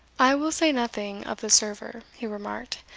i will say nothing of the server, he remarked,